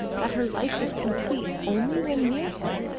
that her life was complete only when near him,